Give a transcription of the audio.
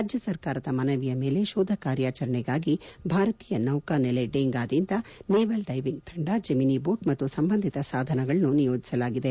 ರಾಜ್ಯ ಸರ್ಕಾರದ ಮನವಿಯ ಮೇಲೆ ಶೋಧ ಕಾರ್ಯಾಚರಣೆಗಾಗಿ ಭಾರತೀಯ ಸೌಕಾ ನೆಲೆ ಡೇಗಾದಿಂದ ನೇವಲ್ ಡೈವಿಂಗ್ ತಂಡ ಜೆಮಿನಿ ಬೋಟ್ ಮತ್ತು ಸಂಬಂಧಿತ ಸಾಧನಗಳನ್ನು ನಿಯೋಜಿಸಲಾಗಿದೆ